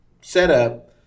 setup